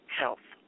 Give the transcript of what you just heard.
health